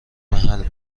محل